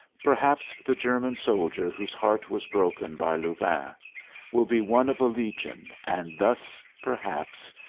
perhaps the german soldier whose heart was broken by louvain will be one of a legion, and thus, perhaps,